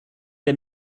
der